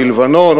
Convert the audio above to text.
מלבנון,